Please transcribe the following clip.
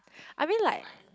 I mean like